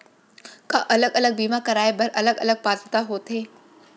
का अलग अलग बीमा कराय बर अलग अलग पात्रता होथे?